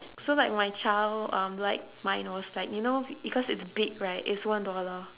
so like my child um like mind was like you know because it's big right it's one dollar